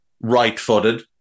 right-footed